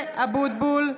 אבוטבול,